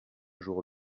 jours